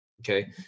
Okay